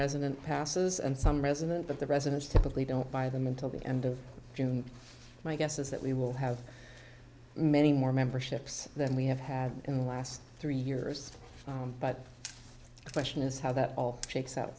resident passes and some residents of the residents typically don't buy them until the end of june my guess is that we will have many more memberships than we have had in the last three years but the question is how that all shakes out